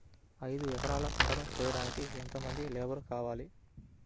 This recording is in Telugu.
ఐదు ఎకరాల పంటను కోయడానికి యెంత మంది లేబరు కావాలి?